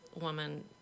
woman